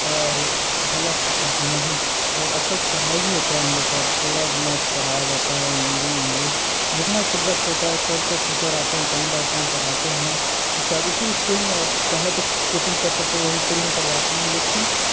और नहीं और अच्छा से पढ़ाई भी होता है उन लोग का पूरा मैथ पढ़ाया जाता है हिंदी इंग्लिश जितना सब्जेक्ट होता है सबका टीचर आते हैं टायम बाय टायम पढ़ाते हैं उसके बाद उसी इस्कूल में अब चाहे तो कोचिंग कर सकते हैं वो भी फ्री में करवाते हैं उन लोग को